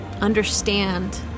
understand